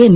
N